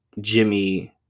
Jimmy